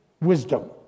wisdom